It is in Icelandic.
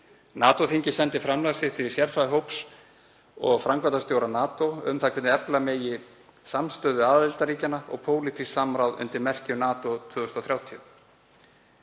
NATO-þingið sendi framlag sitt til sérfræðihóps og framkvæmdastjóra NATO um það hvernig efla megi samstöðu aðildarríkjanna og pólitískt samráð undir merkjum NATO 2030.